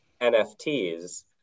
NFTs